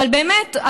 באמת,